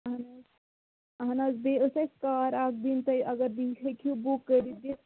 اہن حظ اہن حظ بیٚیہِ أس اَسِہ کار اَکھ دِنی تۄہہِ اگر دِنۍ ہیٚکہوٗ بُک کٔرِتھ دِتھ